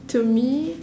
to me